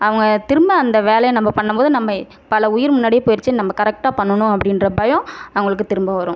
அவங்க திரும்ப அந்த வேலையை நம்ப பண்ணும்போது நம்ப பல உயிர் முன்னாடியே போயிடுச்சு நம்ப கரக்ட்டாக பண்ணனும் அப்படின்ற பயம் அவங்களுக்கு திரும்ப வரும்